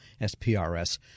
SPRS